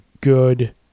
good